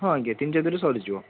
ହଁ ଆଜ୍ଞା ତିନି ଚାରି ଦିନରେ ସରିଯିବ